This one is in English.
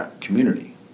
community